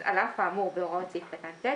אז "על אף האמור בהוראות סעיף קטן (ט),